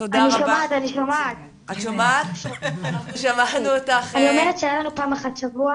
אתם רוצים שנעלה אותכם עוד כמה